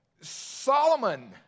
Solomon